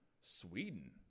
Sweden